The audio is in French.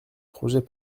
projet